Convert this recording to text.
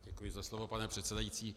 Děkuji za slovo, pane předsedající.